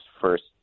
first